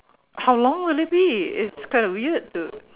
how long will it be it's kind of weird to